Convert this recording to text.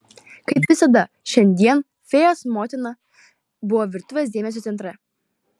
kaip visada šiandien fėjos motina buvo virtuvės dėmesio centre